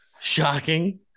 shocking